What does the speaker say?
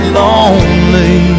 lonely